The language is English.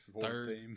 third